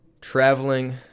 traveling